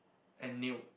and nailed